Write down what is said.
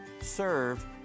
serve